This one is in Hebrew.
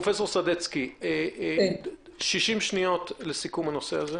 פרופסור סדצקי, 60 שניות לסיכום הנושא.